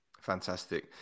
Fantastic